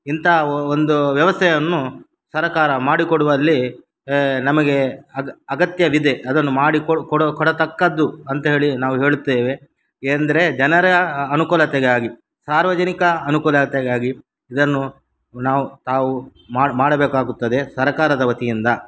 ಇಂಥ ವ್ ಒಂದು ವ್ಯವಸ್ಥೆಯನ್ನು ಸರಕಾರ ಮಾಡಿಕೊಡುವಲ್ಲಿ ನಮಗೆ ಅಗ ಅಗತ್ಯವಿದೆ ಅದನ್ನು ಮಾಡಿಕೊ ಕೊಡೋ ಕೊಡತಕ್ಕದ್ದು ಅಂತೇಳಿ ನಾವು ಹೇಳುತ್ತೇವೆ ಎಂದರೆ ಜನರ ಅನುಕೂಲತೆಗಾಗಿ ಸಾರ್ವಜನಿಕ ಅನುಕೂಲತೆಗಾಗಿ ಇದನ್ನು ನಾವು ತಾವು ಮಾಡಿ ಮಾಡಬೇಕಾಗುತ್ತದೆ ಸರಕಾರದ ವತಿಯಿಂದ